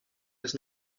jest